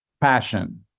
Passion